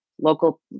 local